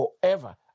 forever